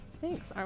Thanks